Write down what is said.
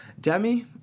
Demi